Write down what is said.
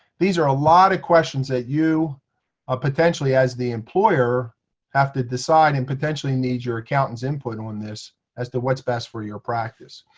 these are a lot of questions that you ah potentially as the employer have to decide and potentially potentially need your accountant's input on this as to what's best for your practice.